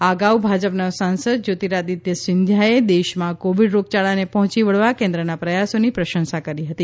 આ અગાઉ ભાજપના સાંસદ જ્યોતિરાદિત્ય સિંધિયાએ દેશમાં કોવિડ રોગ યાળાને પહોંચી વળવા કેન્દ્રના પ્રયાસોની પ્રશંસા કરી હતી